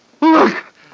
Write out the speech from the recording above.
Look